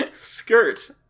Skirt